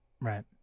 Right